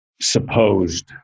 supposed